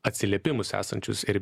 atsiliepimus esančius ir